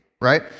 right